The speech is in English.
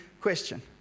question